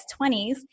20s